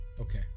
Okay